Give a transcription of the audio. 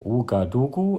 ouagadougou